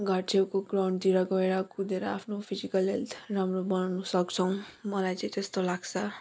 घरछेउको ग्राउन्डतिर गएर कुदेर आफ्नो फिजिकल हेल्थ राम्रो बनाउन सक्छौँ मलाई चाहिँ त्यस्तो लाग्छ